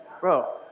Bro